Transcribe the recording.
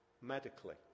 medically